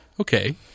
Okay